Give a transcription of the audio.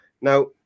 Now